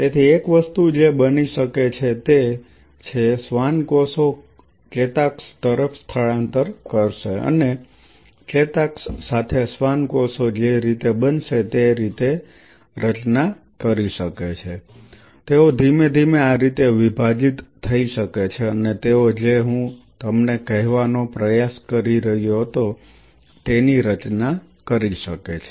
તેથી એક વસ્તુ જે બની શકે છે તે છે શ્વાન કોષો ચેતાક્ષ તરફ સ્થળાંતર કરશે અને ચેતાક્ષ સાથે શ્વાન કોષો જે રીતે બનશે તે રીતે રચના કરી શકે છે તેઓ ધીમે ધીમે આ રીતે વિભાજીત થઈ શકે છે અને તેઓ જે હું તમને કહેવાનો પ્રયાસ કરી રહ્યો હતો તેની રચના કરી શકે છે